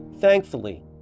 Thankfully